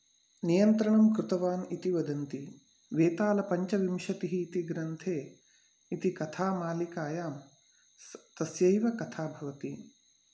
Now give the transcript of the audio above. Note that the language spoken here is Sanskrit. नियन्त्रणं कृतवान् इति वदन्ति वेतालपञ्चविंशतिः इति ग्रन्थे इति कथामालिकायां तस्यैव कथा भवति